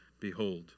behold